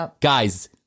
guys